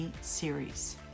series